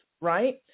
right